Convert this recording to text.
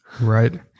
right